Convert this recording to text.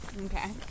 Okay